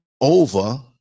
over